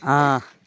آ